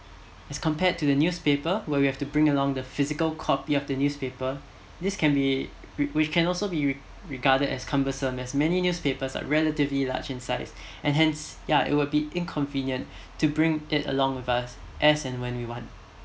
as compared to the newspaper where we have to bring along physical copy of the newspaper this can be we can also be be re~ regarded as cumbersome as many newspaper are really large inside and hence it will be inconvenient to bring it along with us as when we want